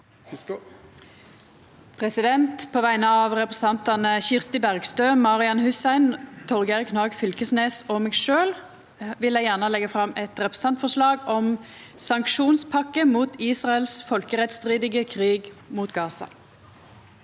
På vegner av repre- sentantane Kirsti Bergstø, Marian Hussein, Torgeir Knag Fylkesnes og meg sjølv vil eg leggja fram eit representantforslag om sanksjonspakke mot Israels folkerettsstridige krig mot Gaza.